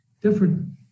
different